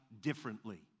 differently